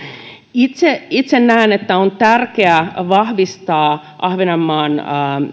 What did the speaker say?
itse itse näen että on tärkeää vahvistaa ahvenanmaan